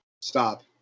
stop